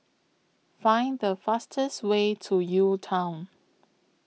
Find The fastest Way to UTown